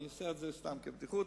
אני עושה את זה סתם בבדיחות.